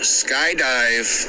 skydive